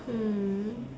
hmm